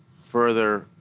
further